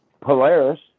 Polaris